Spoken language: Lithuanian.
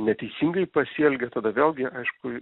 neteisingai pasielgė tada vėlgi aišku